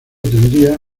tendría